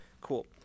cool